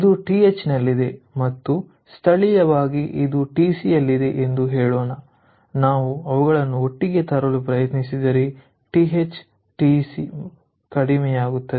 ಇದು ಟಿಎಚ್ನಲ್ಲಿದೆ ಮತ್ತು ಸ್ಥಳೀಯವಾಗಿ ಇದು ಟಿಸಿಯಲ್ಲಿದೆ ಎಂದು ಹೇಳೋಣ ನಾವು ಅವುಗಳನ್ನು ಒಟ್ಟಿಗೆ ತರಲು ಪ್ರಯತ್ನಿಸಿದರೆ TH - TC ಕಡಿಮೆಯಾಗುತ್ತದೆ